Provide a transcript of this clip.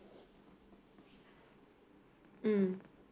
mm